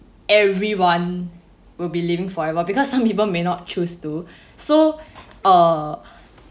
everyone will be living forever because some people may not choose to so uh